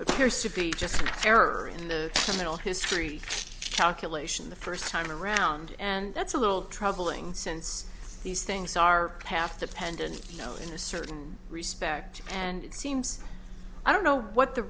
appears to be just an error in the middle history calculation the first time around and that's a little troubling since these things are half dependent you know in a certain respect and it seems i don't know what the